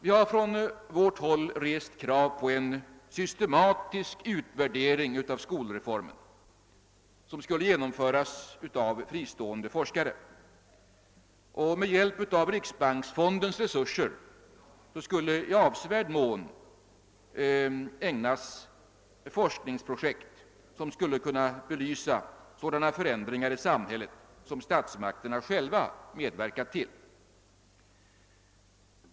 Vi har från vårt håll rest krav på en systematisk utvärdering av skolreformen som skulle genomföras av fristående forskare med hjälp av riksbanksfondens resurser. Arbetet skulle i avsevärd mån ägnas forskningsprojekt som skulle kunna belysa sådana förändringar i samhället som <statsmakterna själva medverkat till.